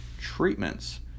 treatments